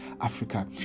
Africa